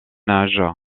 âge